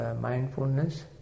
mindfulness